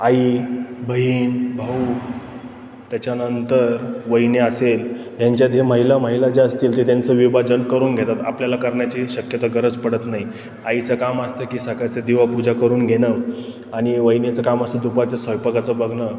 आई बहीण भाऊ त्याच्यानंतर वहिनी असेल ह्यांच्या जे महिला महिला जे असतील ते त्यांचं विभाजन करून घेतात आपल्याला करण्याची शक्यता गरज पडत नाही आईचं काम असतं की सकाळचं दिवापूजा करून घेणं आणि वहिनीचं काम असं दुपारचं स्वयंपाकाचं बघणं